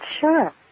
sure